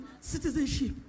citizenship